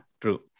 true